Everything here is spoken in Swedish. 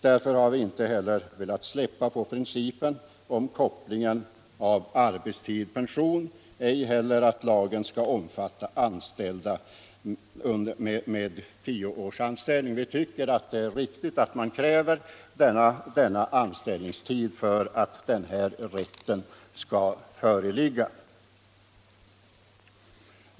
Därför har vi inte heller velat släppa på principen om kopplingen mellan arbetstid och pension och ej heller på principen att man skall ha minst tio års anställning för att omfattas av lagen. Vi tycker att det är riktigt att man kräver denna anställningstid för att den här rätten skall föreligga.